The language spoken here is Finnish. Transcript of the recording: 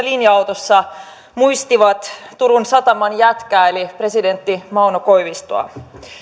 linja autossa yhdessä muistivat turun sataman jätkää eli presidentti mauno koivistoa